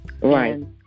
Right